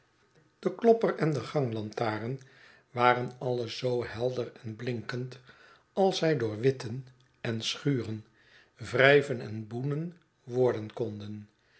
de klopper en de ganglantaarn waren alle zoo helder en blinkend als zij door witten en schuren wrijven en boenen worden konden